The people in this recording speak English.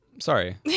sorry